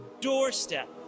doorstep